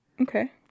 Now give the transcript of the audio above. Okay